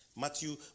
Matthew